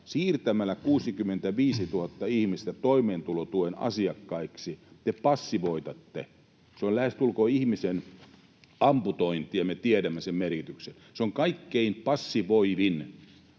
Siirtämällä 65 000 ihmistä toimeentulotuen asiakkaiksi te passivoitatte. Se on lähestulkoon ihmisen amputointia, ja me tiedämme sen merkityksen. Se on kaikkein passivoivin